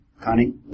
Connie